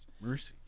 mercy